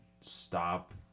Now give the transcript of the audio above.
stop